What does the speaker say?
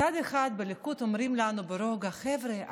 מצד אחד בליכוד אומרים לנו ברוגע: חבר'ה,